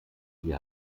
sie